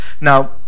Now